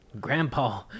Grandpa